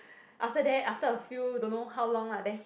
after that after a few don't know how long lah then he